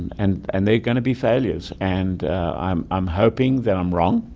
and and they are going to be failures. and i'm i'm hoping that i'm wrong,